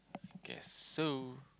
guess so